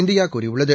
இந்தியாகூறியுள்ளது